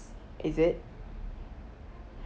is it